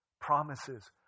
promises